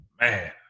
Man